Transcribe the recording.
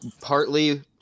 partly